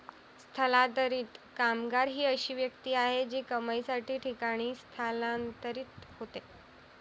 स्थलांतरित कामगार ही अशी व्यक्ती आहे जी कमाईसाठी ठिकाणी स्थलांतरित होते